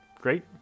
Great